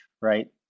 right